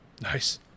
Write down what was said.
Nice